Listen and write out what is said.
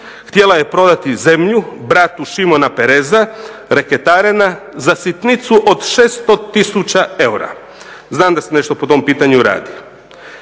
Htjela je prodati zemlju bratu Shimona Peresa, reketarena, za sitnicu od 600 tisuća eura. Znam da se nešto po tom pitanju radi.